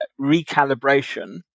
recalibration